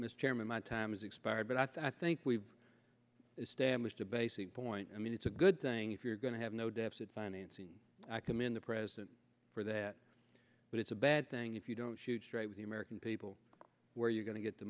chairman my time has expired but i think we've established a basic point i mean it's a good thing if you're going to have no deficit financing i commend the president for that but it's a bad thing if you don't shoot straight with the american people where you're going to get the